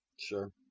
sure